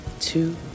two